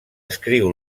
escriu